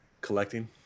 collecting